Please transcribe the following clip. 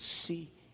see